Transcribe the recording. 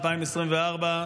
2024,